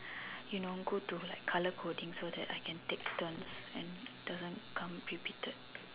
you know go to like colour coding so that I can take turns and doesn't come repeated